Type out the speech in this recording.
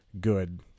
good